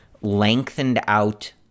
lengthened-out